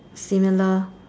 similar